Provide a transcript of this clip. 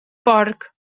porc